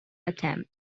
attempt